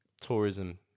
tourism